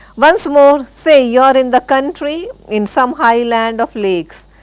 once more. say you are in the country in some high land of lakes.